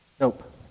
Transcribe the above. nope